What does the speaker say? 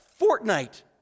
Fortnite